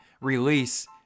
release